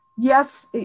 Yes